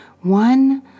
One